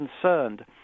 concerned